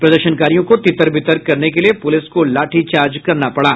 प्रदर्शनकारियों को तितर बितर करने के लिए पुलिस को लाठीचार्ज करने पड़ा